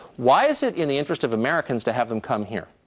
why is it in the interest of americans to have them come here?